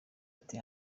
ati